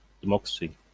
democracy